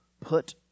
put